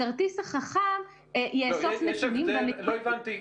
הכרטיס החכם --- לא הבנתי.